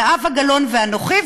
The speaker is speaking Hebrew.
זהבה גלאון ואנוכי,